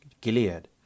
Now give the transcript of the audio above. gilead